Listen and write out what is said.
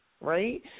right